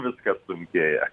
viskas sunkėja